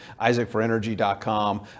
isaacforenergy.com